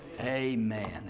Amen